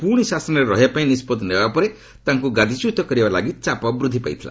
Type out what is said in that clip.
ପୁଣି ଶାସନରେ ରହିବା ପାଇଁ ନିଷ୍ପଭି ନେବା ପରେ ତାଙ୍କୁ ଗାଦିଚ୍ୟୁତ କରିବା ଲାଗି ଚାପ ବୃଦ୍ଧି ପାଇଥିଲା